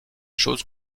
chose